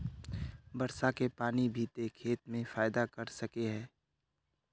वर्षा के पानी भी ते खेत में फायदा कर सके है?